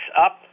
up